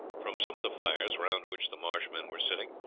from some of the fires, round which the marsh men were sitting,